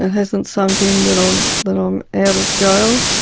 it hasn't sunk in that um that i'm out of jail.